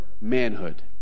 manhood